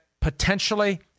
potentially